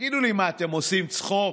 תגידו לי, מה, אתם עושים צחוק?